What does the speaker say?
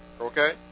Okay